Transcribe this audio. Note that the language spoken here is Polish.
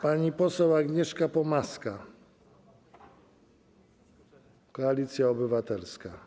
Pani poseł Agnieszka Pomaska, Koalicja Obywatelska.